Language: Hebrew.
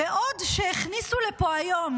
בעוד הכניסו לפה היום